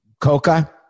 Coca